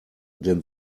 den